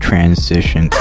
Transition